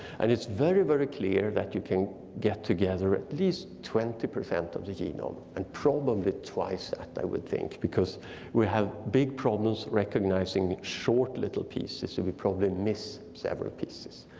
and it's very, very clear that you can get together at least twenty percent of the genome. and probably twice that, i would think, because we have big problems recognizing short little pieces, we probably miss several pieces.